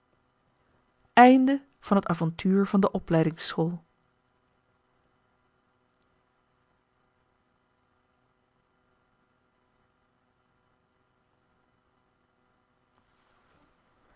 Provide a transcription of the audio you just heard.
i het avontuur van de opleidingsschool